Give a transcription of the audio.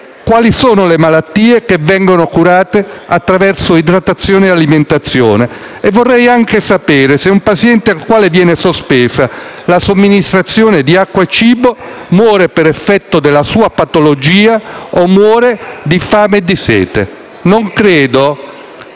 quali sono le malattie che vengono curate attraverso idratazione e alimentazione. Vorrei sapere se un paziente al quale viene sospesa la somministrazione di acqua e cibo muore per effetto della sua patologia o muore di fame e di sete. *(Commenti